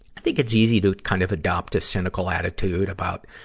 i think it's easy to kind of adopt a cynical attitude about,